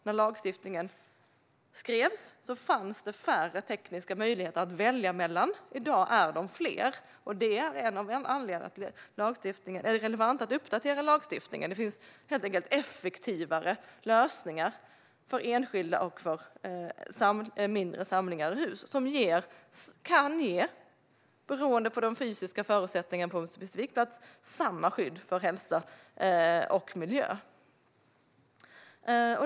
När lagstiftningen skrevs fanns det färre tekniska möjligheter att välja mellan, men i dag är de fler. Detta är en anledning till att det är relevant att uppdatera lagstiftningen. Det finns helt enkelt effektivare lösningar för enskilda och för mindre samlingar av hus som, beroende på de fysiska förutsättningarna på en specifik plats, kan ge samma skydd för hälsa och miljö.